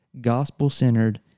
gospel-centered